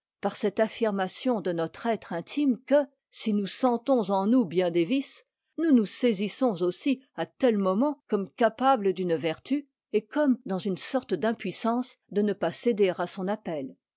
par cette affirmation de notre être intime que si nous sentons en nous bien des vices nous nous saisissons aussi à tel moment comme capable d'une vertu et comme dans une sorte d'impuissance de ne pas céder à son appel